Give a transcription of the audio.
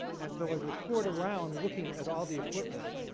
and so, as i toured around looking at all the equipment,